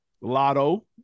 Lotto